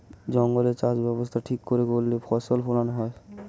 জঙ্গলে চাষ ব্যবস্থা ঠিক করে করলে ফসল ফোলানো হয়